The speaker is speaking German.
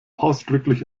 ausdrücklich